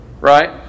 right